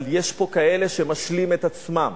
אבל יש פה כאלה שמשלים את עצמם